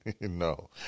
no